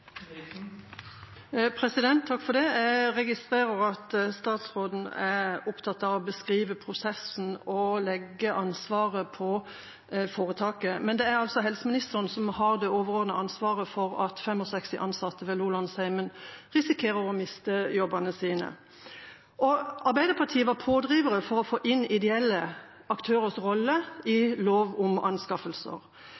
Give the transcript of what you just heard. Jeg registrerer at statsråden er opptatt av å beskrive prosessen og legge ansvaret på foretaket, men det er helseministeren som har det overordnete ansvaret for at 65 ansatte ved Lolandsheimen risikerer å miste jobbene sine. Arbeiderpartiet var pådriver for å få inn ideelle aktørers rolle i